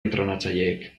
entrenatzaileek